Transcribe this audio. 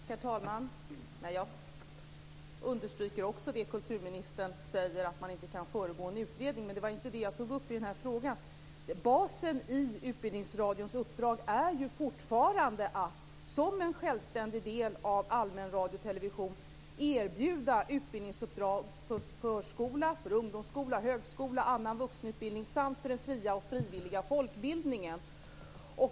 Herr talman! Jag understryker det kulturministern säger att man inte kan föregå en utredning, men det var inte det jag tog upp i den här frågan. Basen i Utbildningsradions uppdrag är fortfarande att som en självständig del av allmän radio och television erbjuda utbildningsuppdrag för förskola, ungdomsskola, högskola, annan vuxenutbildning samt den fria och frivilliga folkbildningen.